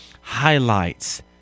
highlights